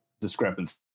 discrepancy